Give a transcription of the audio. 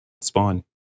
spawn